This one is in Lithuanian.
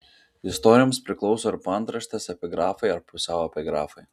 istorijoms priklauso ir paantraštės epigrafai ar pusiau epigrafai